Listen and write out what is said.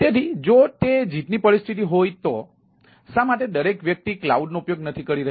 તેથી જો તે જીતની પરિસ્થિતિ હોય તો શા માટે દરેક વ્યક્તિ કલાઉડનો ઉપયોગ નથી કરી રહી